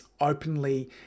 openly